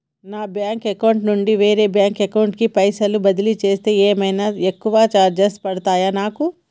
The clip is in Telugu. నా బ్యాంక్ అకౌంట్ నుండి వేరే బ్యాంక్ అకౌంట్ కి పైసల్ బదిలీ చేస్తే ఏమైనా ఎక్కువ చార్జెస్ పడ్తయా నాకు?